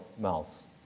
mouths